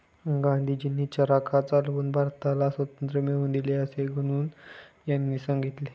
गांधीजींनी चरखा चालवून भारताला स्वातंत्र्य मिळवून दिले असे गुनगुन यांनी सांगितले